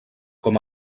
com